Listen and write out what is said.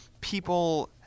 people